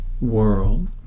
world